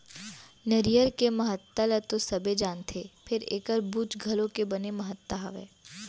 नरियर के महत्ता ल तो सबे जानथें फेर एकर बूच घलौ के बने महत्ता हावय